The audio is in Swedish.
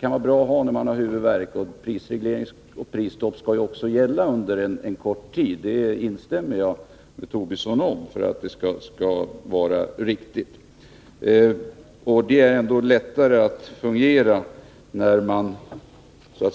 kan vara bra att ta till vid tillfällig huvudvärk. Prisreglering och prisstopp skall ju också gälla under en kort tid — däri instämmer jag med Lars Tobisson — för att det skall vara verkningsfullt. Det är lättare att få det hela att fungera